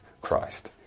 Christ